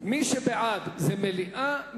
מי שבעד, זה מליאה.